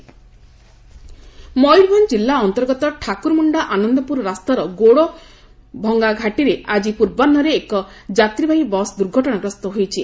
ଦୁଘଟଣା ମୟରଭଞ ଜିଲ୍ଲା ଅନ୍ତର୍ଗତ ଠାକୁରମୁଣ୍ଡା ଆନନ୍ଦପୁର ଗୋଡ଼ଭଣ୍ତା ଘାଟିରେ ଆକି ପୂର୍ବାହ୍ବରେ ଏକ ଯାତ୍ରୀବାହୀ ବସ୍ ଦୁର୍ଘଟଣାଗ୍ରସ୍ତ ହୋଇଛି